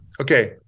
Okay